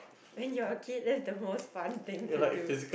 when you're a kid that's the most fun thing to do